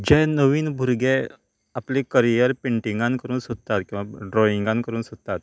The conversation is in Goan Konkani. जे नवीन भुरगे आपलें करीयर पेंटिगांत करूंक सोदतात किंवां ड्रॉईंगांत करूंक सोदतात